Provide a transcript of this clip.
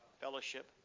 fellowship